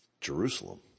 Jerusalem